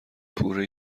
پوره